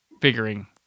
figuring